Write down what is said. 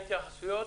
התייחסויות,